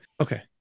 Okay